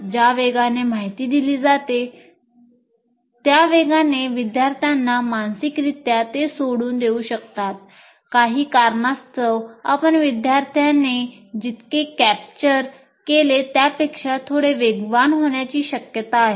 ज्या वेगाने माहिती दिली जाते त्या विद्यार्थ्यांना मानसिकरित्या ते सोडून देऊ शकतात काही कारणास्तव आपण विद्यार्थ्याने जितके कॅप्चर केले त्यापेक्षा थोडे वेगवान होण्याची शक्यता आहे